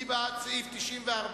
מי בעד סעיף 94,